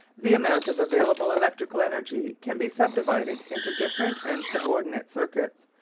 the amount of available electrical energy can be subdivided into different and subordinate circuits,